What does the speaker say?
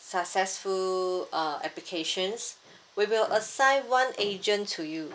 successful uh applications we will assign one agent to you